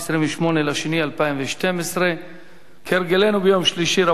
28 בפברואר 2012. כהרגלנו ביום שלישי,